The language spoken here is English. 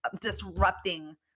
disrupting